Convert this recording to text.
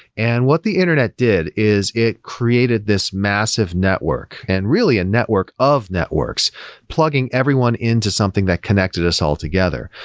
and what the internet did is it created this massive network, and really a network of networks plugging everyone into something that connected us all together.